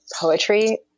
poetry